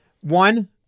one